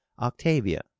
Octavia